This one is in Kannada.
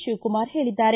ಶಿವಕುಮಾರ್ ಹೇಳಿದ್ದಾರೆ